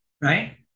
right